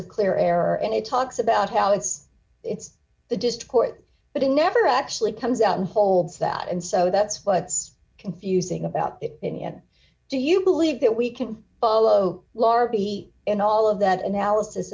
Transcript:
of clear error and he talks about how it's it's the dissed court but he never actually comes out and holds that and so that's what's confusing about it and yet do you believe that we can follow larby and all of that analysis